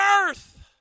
earth